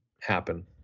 happen